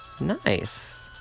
Nice